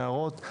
נערות,